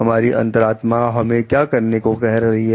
हमारी अंतरात्मा हमें क्या करने को कह रही है